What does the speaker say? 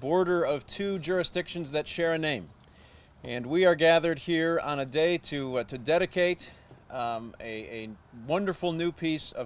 border of two jurisdictions that share a name and we are gathered here on a day two to dedicate a wonderful new piece of